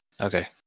Okay